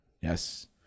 Yes